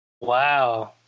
Wow